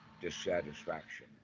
dissatisfaction